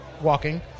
walking